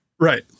Right